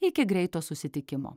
iki greito susitikimo